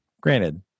granted